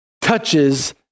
touches